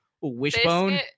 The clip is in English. Wishbone